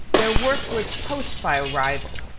their work was poached by a rival,